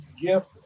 gift